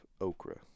okra